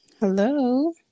Hello